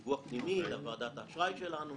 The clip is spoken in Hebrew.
לא, דיווח פנימי לוועדת האשראי שלנו.